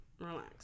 relax